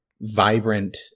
vibrant